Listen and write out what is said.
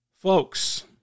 Folks